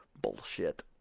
Bullshit